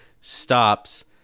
stops